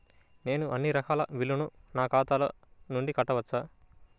నేను అన్నీ రకాల బిల్లులను నా ఖాతా నుండి కట్టవచ్చా?